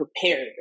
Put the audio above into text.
prepared